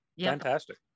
Fantastic